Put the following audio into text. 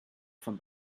from